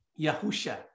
Yahusha